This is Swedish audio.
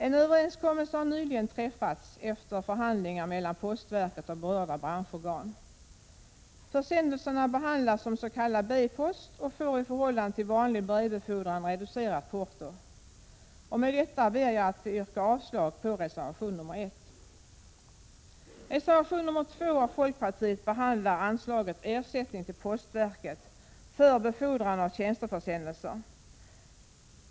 En överenskommelse har nyligen träffats efter förhandlingar mellan postverket och berörda branschorgan. Försändelserna behandlas som s.k. B-post och får i förhållande till vanlig brevbefordran reducerat porto. Med detta ber jag att få yrka avslag på reservation 1. Reservation nr 2 av folkpartiet behandlar anslaget Ersättning till postverket för befordran av tjänsteförsändelser.